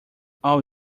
all